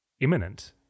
imminent